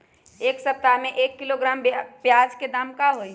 एक सप्ताह में एक किलोग्राम प्याज के दाम का होई?